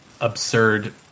absurd